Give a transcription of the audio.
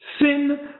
Sin